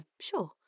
sure